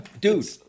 dude